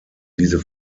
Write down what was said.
diese